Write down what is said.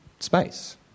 Space